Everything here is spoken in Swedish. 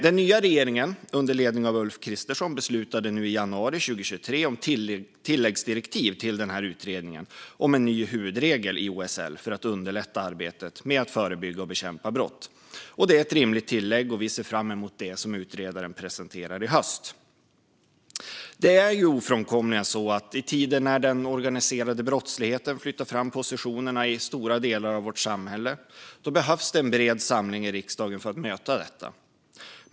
Den nya regeringen under ledning av Ulf Kristersson beslutade i januari 2023 om tilläggsdirektiv till utredningen om en ny huvudregel i OSL för att underlätta arbetet med att förebygga och bekämpa brott. Det är ett rimligt tillägg, och vi ser fram emot det som utredaren presenterar i höst. Det är ofrånkomligen så att det i tider när den organiserade brottsligheten flyttar fram positionerna i stora delar av vårt samhälle behövs en bred samling i riksdagen för att möta detta.